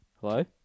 Hello